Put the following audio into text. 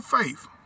faith